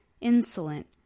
insolent